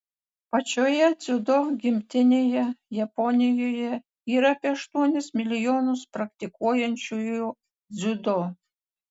pačioje dziudo gimtinėje japonijoje yra apie aštuonis milijonus praktikuojančiųjų dziudo